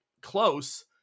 close